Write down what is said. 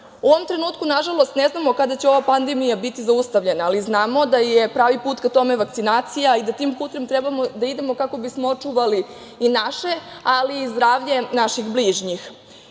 ovom trenutku, nažalost, ne znamo kada će ova pandemija biti zaustavljena, ali znamo da je pravi put ka tome vakcinacija i da tim putem trebamo da idemo kako bismo očuvali i naše, ali i zdravlje naših bližnjih,